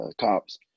cops